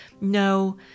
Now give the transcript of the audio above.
no